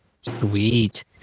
sweet